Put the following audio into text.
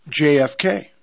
JFK